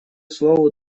слово